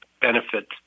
benefit